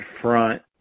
front